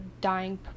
dying